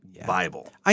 Bible